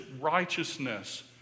righteousness